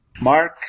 Mark